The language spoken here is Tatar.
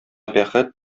бәхет